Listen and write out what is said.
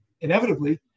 inevitably